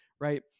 right